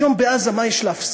היום בעזה, מה יש להפסיד?